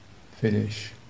finish